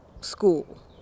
school